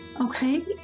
Okay